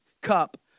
cup